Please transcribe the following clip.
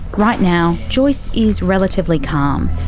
right now, joyce is relatively calm.